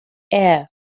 air